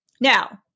Now